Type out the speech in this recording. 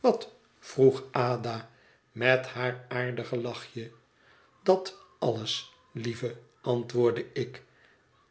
wat vroeg ada met haar aardig lachje dat alles lieve antwoordde ik